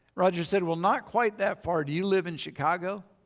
roger said well not quite that far. do you live in chicago?